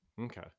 Okay